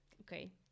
Okay